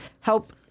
help